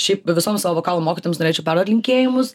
šiaip visom savo vokalo mokytojoms norėčiau perduot linkėjimus